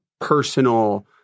personal